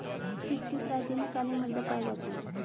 किस किस राज्य में काली मृदा पाई जाती है?